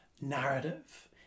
narrative